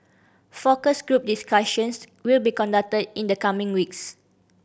focus group discussions will be conducted in the coming weeks